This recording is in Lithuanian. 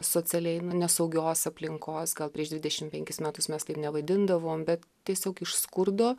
socialiai nesaugios aplinkos gal prieš dvidešim penkis metus mes taip nevadindavom bet tiesiog iš skurdo